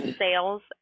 sales